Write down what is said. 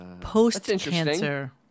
post-cancer